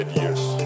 years